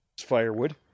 Firewood